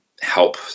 help